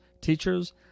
Teachers